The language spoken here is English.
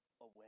away